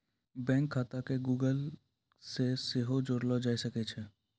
bank खाता के Google से सेहो जोड़लो जाय सकै छै